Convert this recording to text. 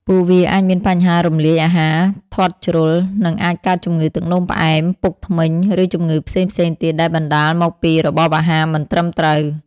ពួកវាអាចមានបញ្ហារំលាយអាហារ ធាត់ជ្រុល និងអាចកើតជំងឺទឹកនោមផ្អែម ពុកធ្មេញ ឬជំងឺផ្សេងៗទៀតដែលបណ្ដាលមកពីរបបអាហារមិនត្រឹមត្រូវ។